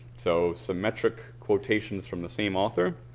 so, symmetric quotations from the same author